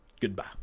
goodbye